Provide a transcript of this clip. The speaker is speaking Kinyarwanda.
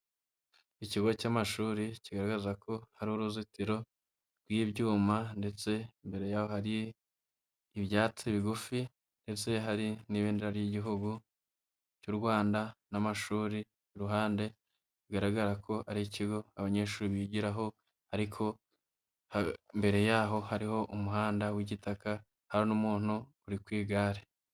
Ikigo cy'amashuri kigaragaza ko hari uruzitiro rw'ibyuma, ndetse imbere hari ibyatsi bigufi, ndetse hari n'ibendera ry'igihugu cy'u Rwanda n'amashuri iruhande, bigaragara ko ari ikigo abanyeshuri bigiraho, ariko imbere yaho hariho umuhanda w'igitaka numuntu uri ku igare.